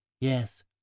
yes